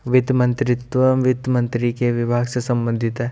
वित्त मंत्रीत्व वित्त मंत्री के विभाग से संबंधित है